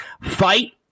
Fight